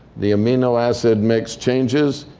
the amino acid mix changes.